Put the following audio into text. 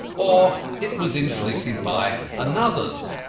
or it was inflicted by another's.